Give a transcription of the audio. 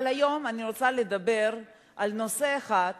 אבל היום אני רוצה לדבר על נושא אחד,